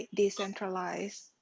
decentralized